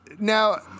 Now